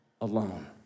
alone